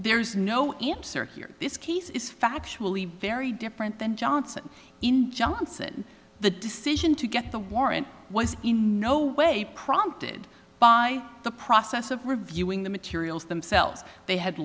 there is no answer here this case is factually very different than johnson in johnson the decision to get the warrant was in no way prompted by the process of reviewing the materials themselves they had